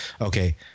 Okay